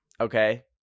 okay